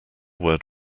word